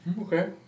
Okay